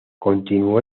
continuó